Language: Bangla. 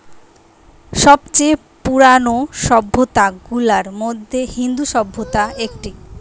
সব চেয়ে পুরানো সভ্যতা গুলার মধ্যে ইন্দু সভ্যতা একটি